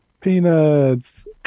Peanuts